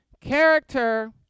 Character